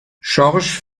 schorsch